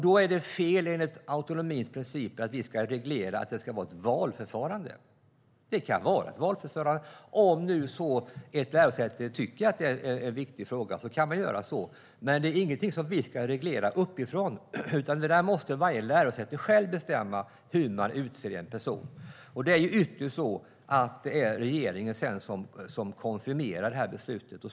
Då är det enligt autonomins principer fel att vi ska reglera att det ska vara ett valförfarande. Det kan vara ett valförfarande. Om ett lärosäte tycker att det är en viktig fråga kan man göra så. Men det är ingenting som vi ska reglera uppifrån, utan varje lärosäte måste självt bestämma hur personen ska utses. Det är ytterst så att det är regeringen som konfirmerar beslutet.